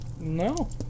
no